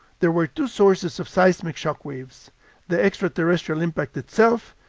there were two sources of seismic shock waves the extraterrestrial impact itself,